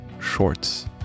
shorts